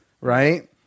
right